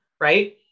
right